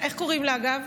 איך קוראים לה אגב?